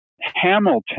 Hamilton